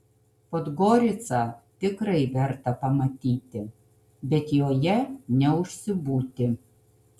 podgoricą tikrai verta pamatyti bet joje neužsibūti